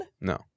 No